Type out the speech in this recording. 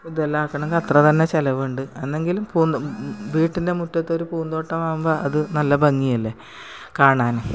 ഇതെല്ലാ ആക്കണങ്കിൽ അത്ര തന്ന ചിലവുണ്ട് എന്നെങ്കിലും പൂ വീട്ടിൻ്റെ മുറ്റത്തൊരു പൂന്തോട്ടകുമ്പോൾ അത് നല്ല ഭംഗിയല്ലേ കാണാൻ